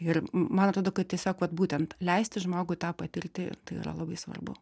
ir man atrodo kad tiesiog vat būtent leisti žmogui tą patirti tai yra labai svarbu